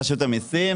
רשות המיסים.